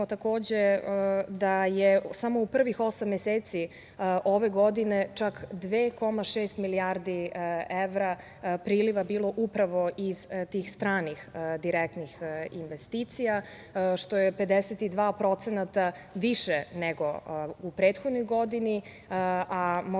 da je samo u prvih osam meseci ove godine čak 2,6 milijardi evra priliva bilo upravo iz tih stranih direktnih investicija, što je 52% više nego u prethodnoj godini, a možemo